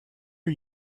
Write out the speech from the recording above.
are